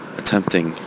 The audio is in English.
attempting